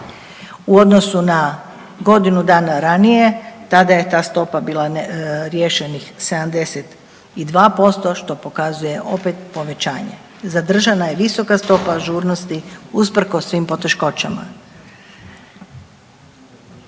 U odnosu na godinu dana ranije tada je ta stopa bila riješenih 72% što pokazuje opet povećanje. Zadržana je visoka stopa ažurnosti usprkos svim poteškoćama.